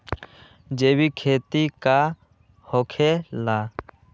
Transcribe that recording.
जैविक खेती का होखे ला?